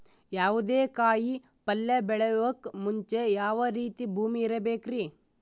ಯಾವುದೇ ಕಾಯಿ ಪಲ್ಯ ಬೆಳೆಯೋಕ್ ಮುಂಚೆ ಯಾವ ರೀತಿ ಭೂಮಿ ಇರಬೇಕ್ರಿ?